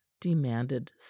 demanded